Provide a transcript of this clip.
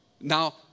Now